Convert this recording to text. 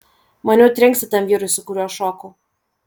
maniau trenksi tam vyrukui su kuriuo šokau